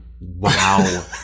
wow